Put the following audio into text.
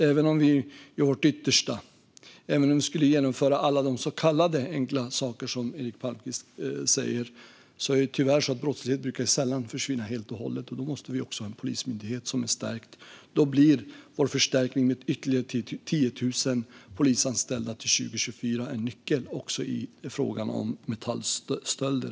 Även om vi gör vårt yttersta och om vi skulle genomföra allt det som Eric Palmqvist kallar för enkla saker är det tyvärr så att brottslighet sällan brukar försvinna helt och hållet. Då måste vi också ha en polismyndighet som är stärkt. Då blir förstärkningen med ytterligare 10 000 polisanställda till 2024 en nyckel också i frågan om metallstölder.